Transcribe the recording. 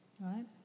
Right